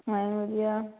ਹਾਂਜੀ ਵਧੀਆ